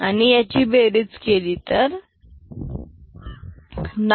अणि याची बेरीज केली तर 9